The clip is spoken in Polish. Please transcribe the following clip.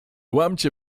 łamcie